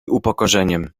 upokorzeniem